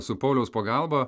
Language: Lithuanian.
su pauliaus pagalba